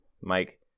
Mike